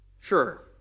sure